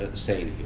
ah saying